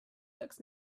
looks